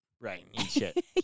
Right